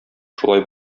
шулай